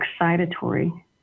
excitatory